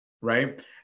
Right